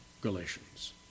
Galatians